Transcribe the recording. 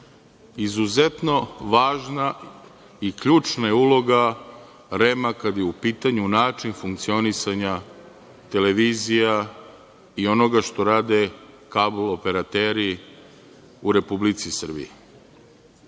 izuzetno važna i ključna je uloga REM kada je u pitanju način funkcionisanja televizija i onoga što rade kabl operateri u Republici Srbiji. Nije